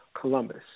Columbus